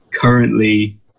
currently